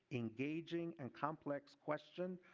engaging and complex question,